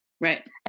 Right